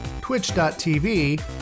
twitch.tv